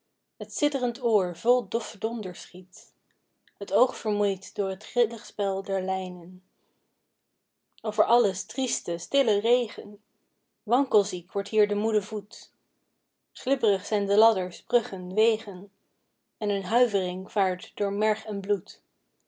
sidderend oor vol doffe donders giet t oog vermoeit door t grillig spel der lijnen over alles trieste stille regen wankelziek wordt hier de moede voet glibberig zijn de ladders bruggen wegen en een huivering vaart door merg en bloed